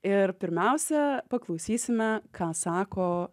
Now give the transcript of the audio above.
ir pirmiausia paklausysime ką sako